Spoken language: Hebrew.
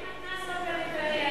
אבל אין מתנ"ס בפריפריה,